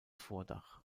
vordach